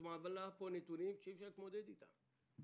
את מעלה כאן נתונים שאי אפשר להתמודד איתם.